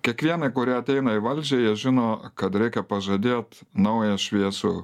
kiekvienai kuri ateina į valdžią jie žino kad reikia pažadėt naują šviesų